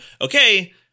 okay